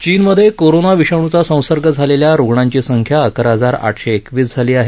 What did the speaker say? चीनमध्ये कोरोना विषाणूचा संसर्ग झालेल्या रुग्णांची संख्या अकरा हजार आठशे एकविस झाली आहे